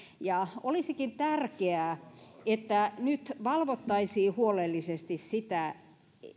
olisikin tärkeää että nyt valvottaisiin huolellisesti sitä